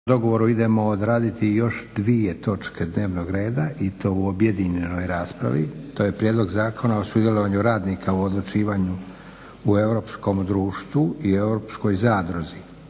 dogovoru idemo odraditi još dvije točke dnevnog reda i to u objedinjenoj raspravi. To je - Prijedlog Zakona o sudjelovanju radnika u odlučivanju u Europskom društvu (ES) i u Europskoj zadruzi